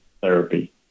therapy